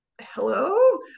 Hello